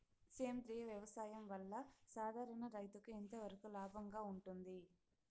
సేంద్రియ వ్యవసాయం వల్ల, సాధారణ రైతుకు ఎంతవరకు లాభంగా ఉంటుంది?